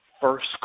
first